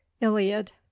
iliad